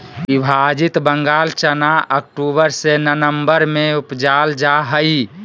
विभाजित बंगाल चना अक्टूबर से ननम्बर में उपजाल जा हइ